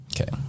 Okay